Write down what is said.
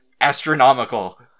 astronomical